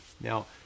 Now